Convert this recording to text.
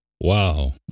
Wow